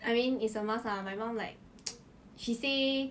I mean is a must lah my mum like she say